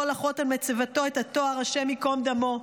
לחרוט על מצבתו את התואר השם ייקום דמו.